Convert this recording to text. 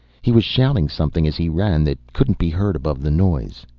he was shouting something as he ran that couldn't be heard above the noise.